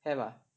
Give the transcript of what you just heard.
have ah